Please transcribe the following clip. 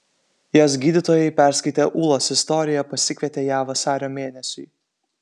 jos gydytojai perskaitę ūlos istoriją pasikvietė ją vasario mėnesiui